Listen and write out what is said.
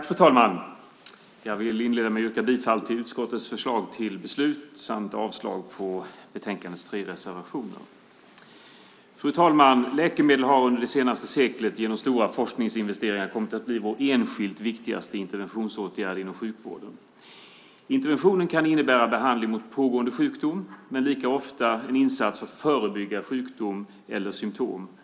Fru talman! Jag vill inleda med att yrka bifall till utskottets förslag till beslut samt avslag på betänkandets tre reservationer. Fru talman! Läkemedel har under det senaste seklet genom stora forskningsinvesteringar kommit att bli vår enskilt viktigaste interventionsåtgärd inom sjukvården. Interventionen kan innebära behandling mot pågående sjukdom men lika ofta en insats för att förebygga att sjukdom eller symtom uppstår.